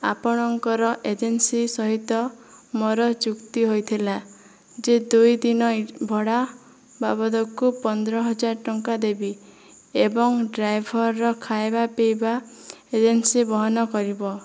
ଆପଣଙ୍କର ଏଜେନ୍ସି ସହିତ ମୋର ଯୁକ୍ତି ହୋଇଥିଲା ଯେ ଦୁଇ ଦିନ ଭଡ଼ା ବାବଦକୁ ପନ୍ଦର ହଜାର ଟଙ୍କା ଦେବି ଏବଂ ଡ୍ରାଇଭରର ଖାଇବା ପିଇବା ଏଜେନ୍ସି ବହନ କରିବ